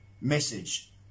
message